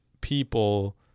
people